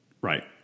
Right